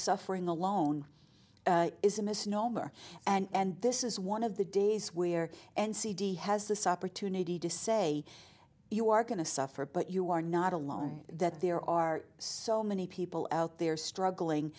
suffering alone is a misnomer and this is one of the days where and cd has this opportunity to say you are going to suffer but you are not alone that there are so many people out there struggling